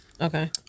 okay